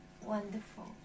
wonderful